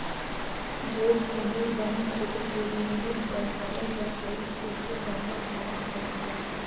जो भूमि वन क्षेत्र के निमित्त दर्शावल जा हई उसे जंगल प्लॉट कहल जा हई